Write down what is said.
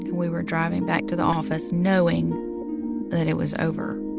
and we were driving back to the office knowing that it was over.